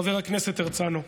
חבר הכנסת הרצנו,